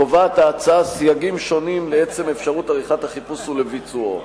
קובעת ההצעה סייגים שונים לעצם אפשרות עריכת החיפוש ולביצועו.